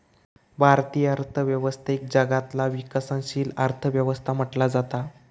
भारतीय अर्थव्यवस्थेक जगातला विकसनशील अर्थ व्यवस्था म्हटला जाता